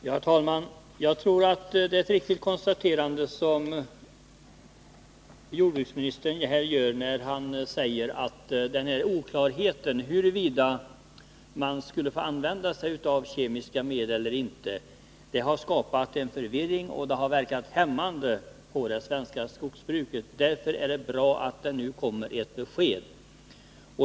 Herr talman! Jag tror att det är ett riktigt konstaterande som jordbruksministern gör här när han säger att oklarheten om huruvida man skulle få använda sig av kemiska medel eller inte har skapat en förvirring och verkat hämmande på det svenska skogsbruket. Därför är det bra att det nu kommer ett besked.